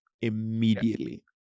immediately